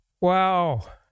Wow